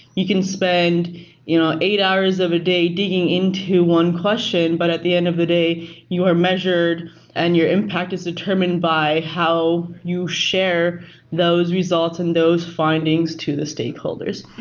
you can spend you know eight hours of a day digging into one question, but at the end of the day you're measured and your impact is determined by how you share those results and those findings to the stakeholders.